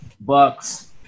Bucks